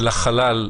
זה לחלל,